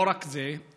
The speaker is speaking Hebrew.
לא רק זה,